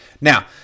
Now